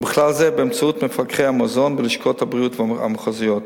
ובכלל זה באמצעות מפקחי המזון בלשכות הבריאות המחוזיות.